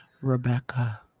Rebecca